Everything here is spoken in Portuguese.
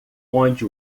onde